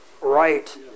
right